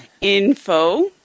Info